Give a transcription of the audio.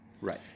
Right